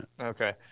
Okay